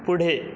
पुढे